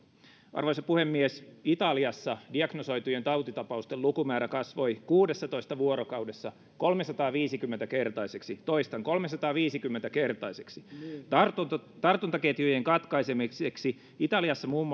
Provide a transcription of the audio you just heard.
arvoisa puhemies italiassa diagnosoitujen tautitapausten lukumäärä kasvoi kuudessatoista vuorokaudessa kolmesataaviisikymmentä kertaiseksi toistan kolmesataaviisikymmentä kertaiseksi tartuntaketjujen tartuntaketjujen katkaisemiseksi italiassa muun